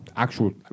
actual